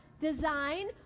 design